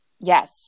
Yes